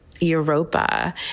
Europa